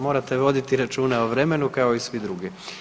Morate voditi računa o vremenu kao i svi drugi.